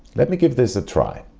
let me give this a try.